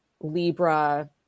Libra